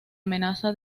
amenaza